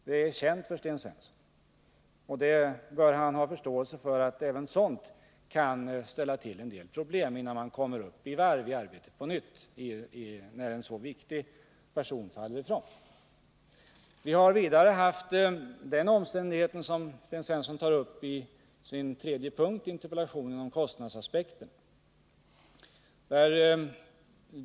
Detta är känt för Sten Svensson, och han bör ha förståelse för att det kan ställa till en del problem innan man kommer upp i varv i arbetet på nytt när en så viktig person faller ifrån. Vi har vidare haft den omständighet som Sten Svensson tar upp i sin tredje 37 punkt i interpellationen beträffande kostnadsaspekten.